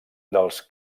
dels